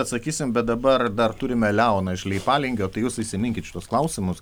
atsakysim bet dabar dar turime leoną iš leipalingio tai jūs įsiminkit šituos klausimus